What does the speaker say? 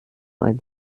ein